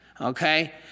Okay